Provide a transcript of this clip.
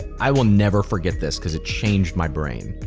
i will never forget this, cause it changed my brain.